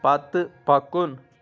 پتہٕ پکُن